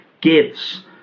gives